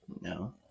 no